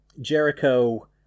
Jericho